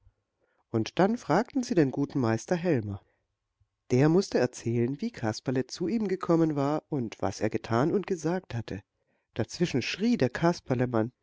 und dann fragten sie den guten meister helmer der mußte erzählen wie kasperle zu ihm gekommen war und was er getan und gesagt hatte dazwischen schrie der